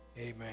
Amen